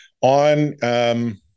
on